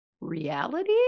reality